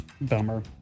Bummer